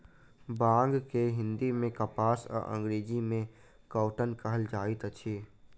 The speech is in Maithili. बांग के हिंदी मे कपास आ अंग्रेजी मे कौटन कहल जाइत अछि